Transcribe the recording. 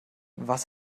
was